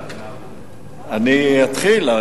אני אתחיל,